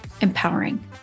empowering